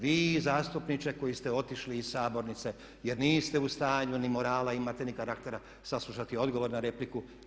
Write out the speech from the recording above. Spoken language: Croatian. Vi zastupniče koji ste otišli iz sabornice jer niste u stanju ni morala imati, ni karaktera saslušati odgovor na repliku.